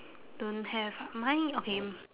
don't have ah mine okay